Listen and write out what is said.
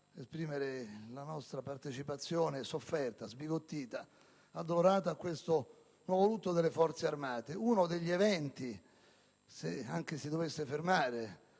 esprimere la nostra partecipazione sofferta, sbigottita, addolorata a questo nuovo lutto delle Forze armate, uno degli eventi (se anche il numero delle